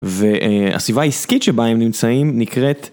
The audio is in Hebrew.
והסביבה העסקית שבה הם נמצאים נקראת...